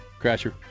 Crasher